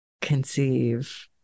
conceive